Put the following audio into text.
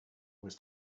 was